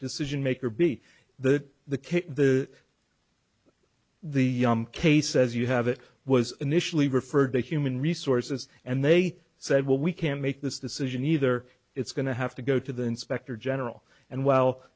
decision maker be the the case the the case says you have it was initially referred to human resources and they said well we can't make this decision either it's going to have to go to the inspector general and well